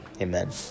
Amen